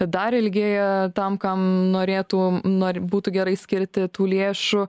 dar ilgėja tam kam norėtų nori būtų gerai skilti tų lėšų